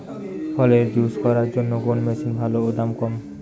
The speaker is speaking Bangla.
ফলের জুস করার জন্য কোন মেশিন ভালো ও দাম কম?